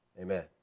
Amen